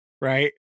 right